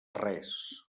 res